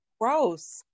gross